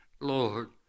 Lord